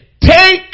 take